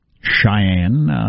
Cheyenne